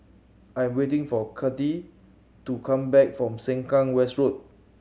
I am waiting for Kathi to come back from Sengkang West Road